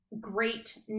great